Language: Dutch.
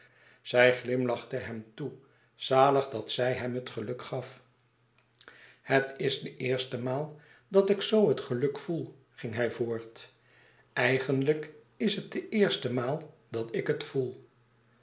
zij glimlachte hem toe zalig dat zij hem het geluk gaf het is de eerste maal dat ik zo het geluk voel ging hij voort eigenlijk is het de eerste maal dàt ik het voel